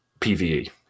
PvE